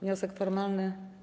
Wniosek formalny.